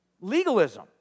legalism